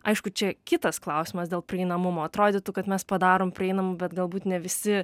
aišku čia kitas klausimas dėl prieinamumo atrodytų kad mes padarom prieinamą bet galbūt ne visi